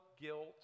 guilt